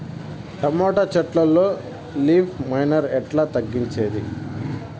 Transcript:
Tomato చెట్లల్లో leaf miner ఎట్లా తగ్గించేది?